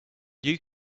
you